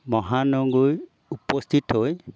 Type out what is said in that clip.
মহানগৰী উপস্থিত হৈ